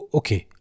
okay